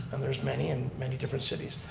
and there's many, in many different cities,